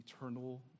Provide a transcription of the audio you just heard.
eternal